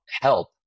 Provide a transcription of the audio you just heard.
help